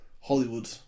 Hollywood